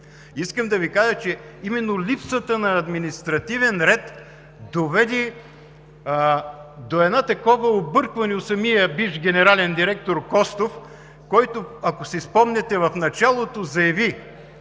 Искам да Ви кажа, че именно липсата на административен ред доведе до едно такова объркване у самия бивш генерален директор Костов, който, ако си спомняте, в началото заяви,